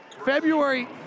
February